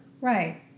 right